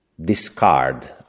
discard